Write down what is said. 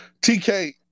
TK